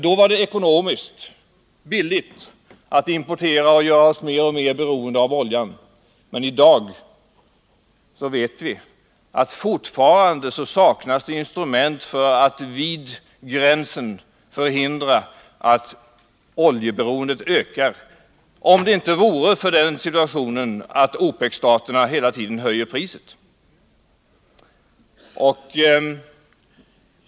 Då var det ekonomiskt, billigt, att importera och göra oss mer och mer beroende av oljan. I dag vet vi att det fortfarande saknas instrument för att vid gränsen förhindra att oljeberoendet ökar — om det inte vore för den situationen att OPEC-staterna hela tiden höjer priset.